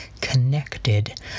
connected